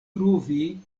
pruvi